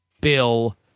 bill